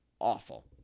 awful